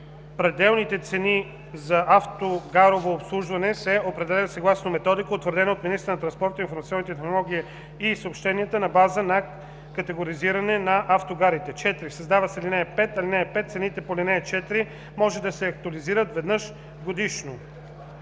пределните цени за автогарово обслужване се определят съгласно методика, утвърдена от министъра на транспорта, информационните технологии и съобщенията на база на категоризиране на автогарите.“ 4. Създава се ал. 5: „(5) Цените по ал. 4 може да се актуализират веднъж годишно.“